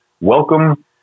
Welcome